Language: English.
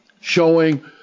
showing